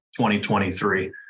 2023